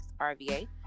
RVA